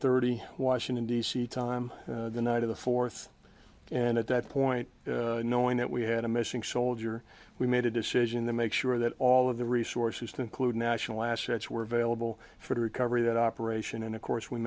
thirty washington d c time the night of the fourth and at that point knowing that we had a missing soldier we made a decision then make sure that all of the resources to include national assets were available for the recovery that operation and of course we